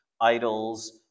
idols